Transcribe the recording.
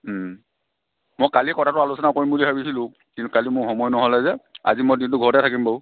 মই কালি কথাটো আলোচনা কৰিম বুলি ভাবিছিলোঁ কিন্তু কালি মোৰ সময় নহ'লে যে আজি মই দিনটো ঘৰতে থাকিম বাৰু